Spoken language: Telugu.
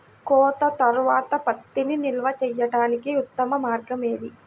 కోత తర్వాత పత్తిని నిల్వ చేయడానికి ఉత్తమ మార్గం ఏది?